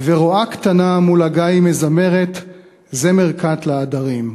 ורועה קטנה מול הגיא מזמרת / זמר קט לעדרים.